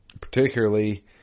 particularly